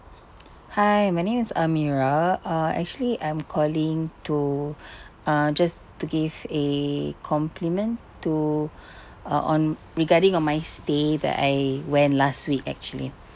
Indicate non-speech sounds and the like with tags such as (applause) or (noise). hi my name is amira uh actually I'm calling to (breath) uh just to give a compliment to (breath) err on regarding on my stay that I went last week actually